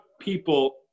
people